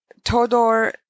Todor